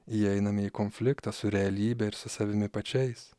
įeiname į konfliktą su realybe ir su savimi pačiais